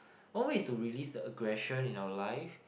one way is to release the aggression in our life